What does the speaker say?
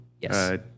yes